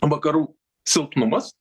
vakarų silpnumas